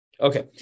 Okay